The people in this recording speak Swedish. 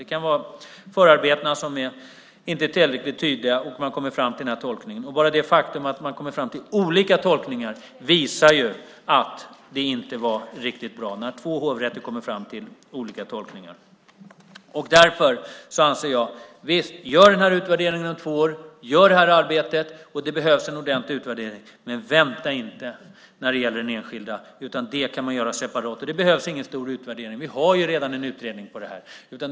Det kan vara förarbetena som inte är tillräckligt tydliga så att man kommer fram till den här tolkningen. Bara det faktum att två hovrätter kommer fram till olika tolkningar visar att det inte är riktigt bra. Därför anser jag att man visst ska göra den här utvärderingen om två år och göra det här arbetet - det behövs en ordentlig utvärdering - men vänta inte när det gäller den enskilde. Det kan man göra separat. Det behövs ingen stor utvärdering. Vi har ju redan en utredning på detta.